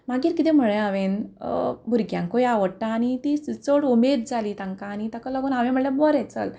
मागीर कितें म्हळें हांवेन भुरग्यांकूय आवडटा आनी तीं चड उमेद जाली तांकां आनी ताका लागून हांवें म्हणलें बरें चल